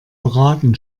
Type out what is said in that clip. beraten